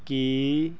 ਕੀ